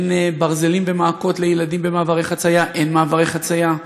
אין ברזלים ומעקות לילדים במעברי חציה,